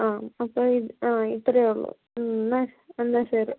ആ അപ്പോൾ ഇത് ആ ഇത്രേയൊള്ളു എന്നാൽ എന്നാൽ ശരി